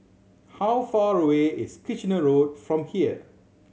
how far away is Kitchener Road from here